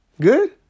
Good